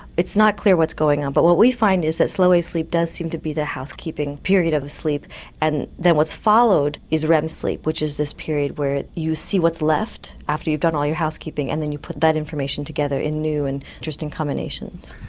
it's not clear what's going on but what we find is that slow wave sleep does seem to be the housekeeping period of a sleep and then what follows is rem sleep which is this period where you see what's left after you've done all your housekeeping and then you put that information together in new and interesting combinations.